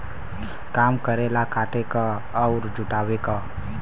काम करेला काटे क अउर जुटावे क